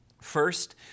First